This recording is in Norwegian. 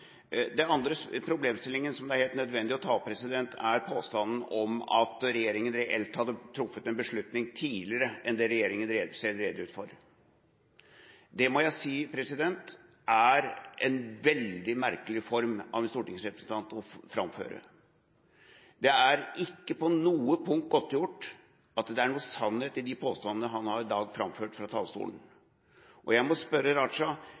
Den andre problemstillingen som det er helt nødvendig å ta opp, er påstanden om at regjeringa reelt hadde truffet en beslutning tidligere enn det regjeringa selv redegjorde for. Det må jeg si er en veldig merkelig form for framføring av en stortingsrepresentant. Det er ikke på noe punkt godtgjort at det er noe sannhet i de påstandene han i dag har framført fra talerstolen, og jeg må spørre Raja: